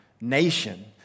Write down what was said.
nation